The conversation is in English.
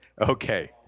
Okay